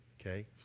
Okay